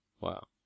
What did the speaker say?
wow